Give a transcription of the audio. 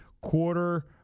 quarter